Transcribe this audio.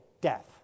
death